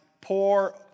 poor